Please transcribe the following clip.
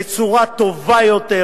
בצורה טובה יותר,